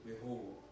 Behold